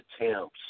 attempts